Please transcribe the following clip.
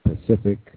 Pacific